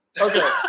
Okay